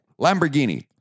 lamborghini